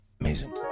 Amazing